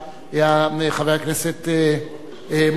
חבר הכנסת מופז,